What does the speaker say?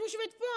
אני יושבת פה,